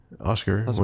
Oscar